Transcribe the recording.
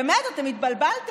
באמת, אתם התבלבלתם.